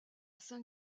saint